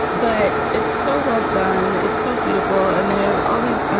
but it's so well done. it's so beautiful. and there all these.